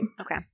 Okay